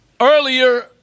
earlier